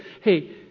Hey